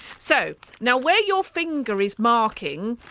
so, now where your finger is marking,